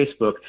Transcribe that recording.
Facebook